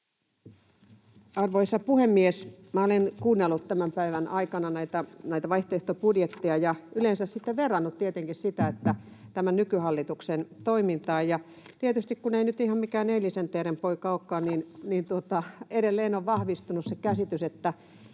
Arvoisa puhemies! Minä olen kuunnellut tämän päivän aikana näitä vaihtoehtobudjetteja ja yleensä sitten tietenkin verrannut niitä tämän nykyhallituksen toimintaan. Tietysti kun en nyt ihan mikään eilisen teeren poika olekaan, niin edelleen on vahvistunut se käsitys, mikä